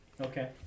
Okay